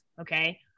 Okay